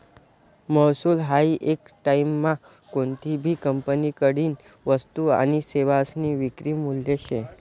महसूल हायी येक टाईममा कोनतीभी कंपनीकडतीन वस्तू आनी सेवासनी विक्री मूल्य शे